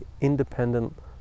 independent